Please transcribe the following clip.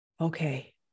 okay